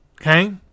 okay